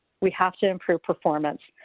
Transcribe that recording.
we have to improve performance.